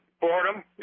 boredom